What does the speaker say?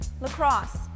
Lacrosse